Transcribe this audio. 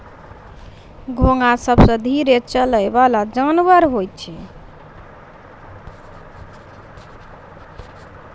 घोंघा सबसें धीरे चलै वला जानवर होय छै